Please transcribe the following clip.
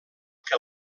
que